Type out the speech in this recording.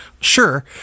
sure